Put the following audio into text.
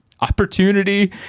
opportunity